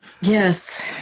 Yes